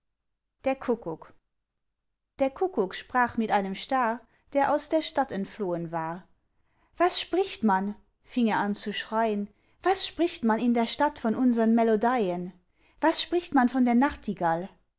der kuckuck der kuckuck sprach mit einem star der aus der stadt entflohen war was spricht man fing er an zu schreien was spricht man in der stadt von unsern melodeien was spricht man von der nachtigall